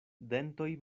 dentoj